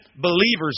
believers